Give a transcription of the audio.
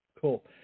cool